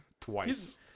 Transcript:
twice